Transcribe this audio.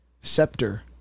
scepter